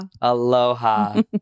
Aloha